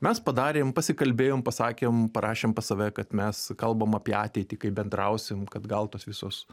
mes padarėm pasikalbėjom pasakėm parašėm pas save kad mes kalbam apie ateitį kaip bendrausim kad gal tos visos